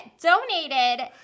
donated